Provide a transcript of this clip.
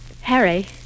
Harry